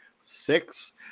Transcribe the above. six